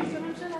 ראש הממשלה.